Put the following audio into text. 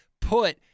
put